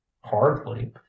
Hardly